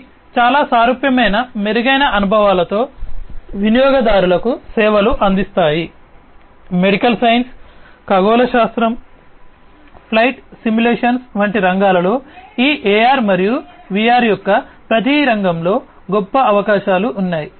ఇవి చాలా సారూప్యమైన మెరుగైన అనుభవాలతో వినియోగదారుకు సేవలు అందిస్తాయి మెడికల్ సైన్స్ ఖగోళ శాస్త్రం ఫ్లైట్ సిమ్యులేషన్స్ వంటి రంగాలలో ఈ AR మరియు VR యొక్క ప్రతి రంగంలో గొప్ప అవకాశాలు ఉన్నాయి